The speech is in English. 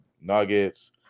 Nuggets